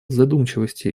задумчивости